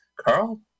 Carl